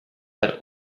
had